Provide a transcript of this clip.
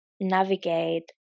navigate